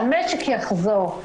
שהמשק יחזור לתפקוד,